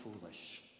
foolish